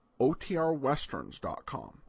otrwesterns.com